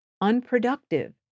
unproductive